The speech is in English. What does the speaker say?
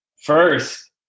first